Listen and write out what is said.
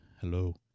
hello